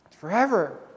Forever